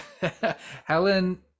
helen